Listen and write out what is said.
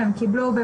הם קיבלו.